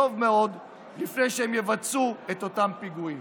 אז הם יחשבו טוב מאוד לפני שהם יבצעו את אותם פיגועים.